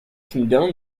condone